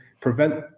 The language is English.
prevent